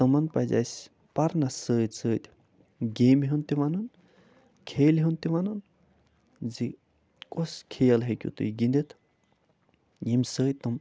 تِمَن پَزِ اَسہِ پَرنَس سۭتۍ سۭتۍ گیمہِ ہُنٛد تہِ وَنُن کھیلہِ ہُنٛد تہِ وَنُن زِ کۄس کھیل ہیٚکِو تُہۍ گِنٛدِتھ ییٚمہِ سۭتۍ تِم